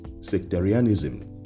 sectarianism